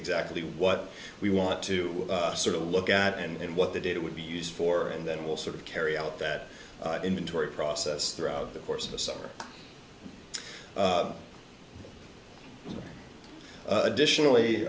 exactly what we want to sort of look at and what the data would be used for and then we'll sort of carry out that inventory process throughout the course of the summer additionally